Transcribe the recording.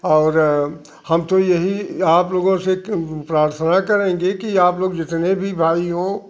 और हम तो यही आप लोगों से प्रार्थना करेंगे कि आप लोग जितने भी भाई हो